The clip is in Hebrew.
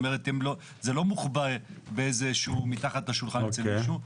זה לא מוחבא מתחת לשולחן אצל מישהו.